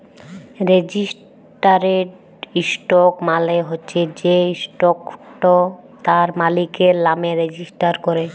registered stock মালে হচ্যে যে ইসটকট তার মালিকের লামে রেজিস্টার ক্যরা